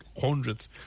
hundreds